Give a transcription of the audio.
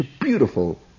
beautiful